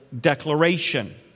declaration